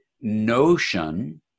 notion